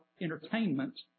entertainment